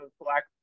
black